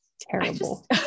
Terrible